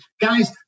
Guys